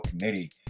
committee